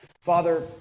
Father